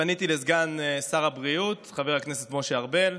פניתי לסגן שר הבריאות חבר הכנסת משה ארבל,